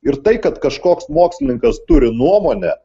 ir tai kad kažkoks mokslininkas turi nuomonę